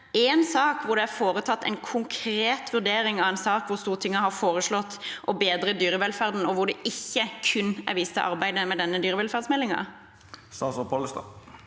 én sak hvor det er foretatt en konkret vurdering av en sak der Stortinget har foreslått å bedre dyrevelferden, og der det ikke kun er vist til arbeidet med denne dyrevelferdsmeldingen? Statsråd Geir Pollestad